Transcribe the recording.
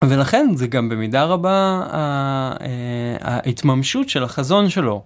ולכן זה גם במידה רבה ההתממשות של החזון שלו.